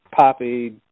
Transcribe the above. poppy